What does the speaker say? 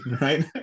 right